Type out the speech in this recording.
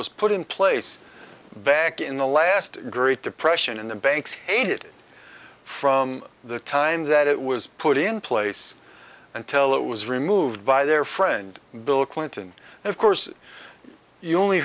was put in place back in the last great depression and the banks hated from the time that it was put in place and tell it was removed by their friend bill clinton and of course you only